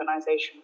organization